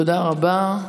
תודה רבה.